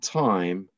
time